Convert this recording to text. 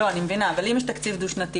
אני מבינה, אבל אם יש תקציב דו שנתי